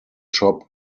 shop